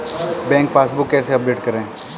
Bank passbook कैसे update करें?